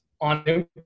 on